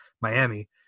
Miami